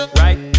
right